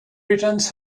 returns